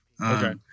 Okay